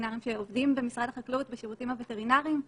וטרינריים שעובדים במשרד החקלאות בשירותים הווטרינריים.